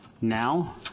now